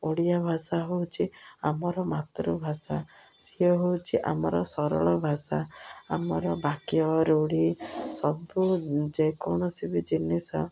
ଓଡ଼ିଆ ଭାଷା ହେଉଛି ଆମର ମାତୃଭାଷା ସିଏ ହେଉଛି ଆମର ସରଳ ଭାଷା ଆମର ବାକ୍ୟ ରୂଢ଼ି ସବୁ ଯେକୌଣସି ବି ଜିନିଷ